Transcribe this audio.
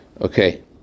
Okay